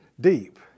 deep